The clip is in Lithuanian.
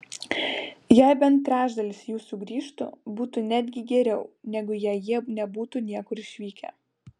jei bent trečdalis jų sugrįžtų būtų netgi geriau negu jei jie nebūtų niekur išvykę